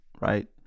right